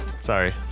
Sorry